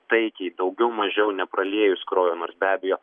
taikiai daugiau mažiau nepraliejus kraujo nors be abejo